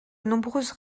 nombreuses